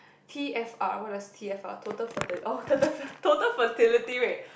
t_f_r what does t_f_r total ferti~ oh total fer~ totally fertility rate